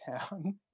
town